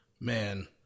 Man